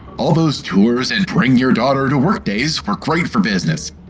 all those tours and bring your daughter to work days were great for business!